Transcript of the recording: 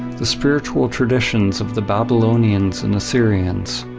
the spiritual traditions of the babylonians and assyrians,